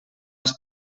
els